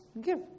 give